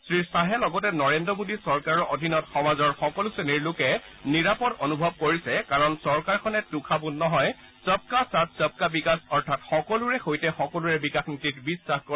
শ্ৰীখাহে লগতে নৰেদ্ৰ মোদী চৰকাৰৰ অধীনত সমাজৰ সকলো শ্ৰেণীৰ লোকে নিৰাপদ অনুভৱ কৰিছে কাৰণ চৰকাৰখনে তোষামোদ নহয় সবকা সাথ সবকা বিকাশ অৰ্থাৎ সকলোৰে সৈতে সকলোৰে বিকাশ নীতিত বিশ্বাস কৰে